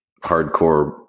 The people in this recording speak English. hardcore